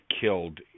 killed